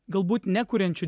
galbūt nekuriančių